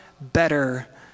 better